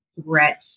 stretch